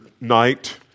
night